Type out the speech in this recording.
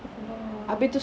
!whoa!